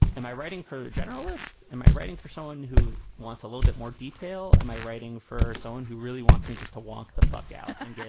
am i writing for the generalist? am i writing for someone who wants a little bit more detail? am i writing for someone who really wants me just to walk the fuck out and get,